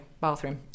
bathroom